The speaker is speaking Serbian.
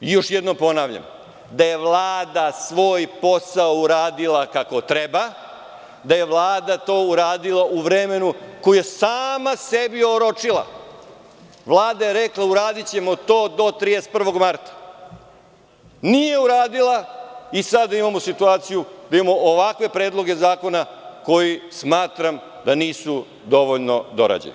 Još jednom ponavljam, da je Vlada svoj posao uradila kako treba, da je Vlada to uradila u vremenu koje je sama sebi oročila, Vlada je rekla – uradićemo to do 31. marta, ali nije uradila i sada imamo situaciju da imamo ovakve predloge zakona, za koje smatram da nisu dovoljno dorađeni.